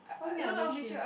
what you mean by windshield